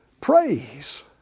praise